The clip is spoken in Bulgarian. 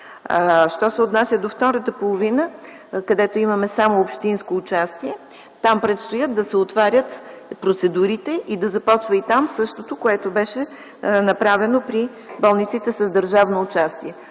Що се отнася до втората половина, където имаме само общинско участие, там предстоят да се отварят процедурите и да започва и там същото, което беше направено при болниците с държавно участие.